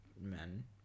men